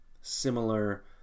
similar